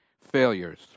failures